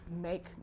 Make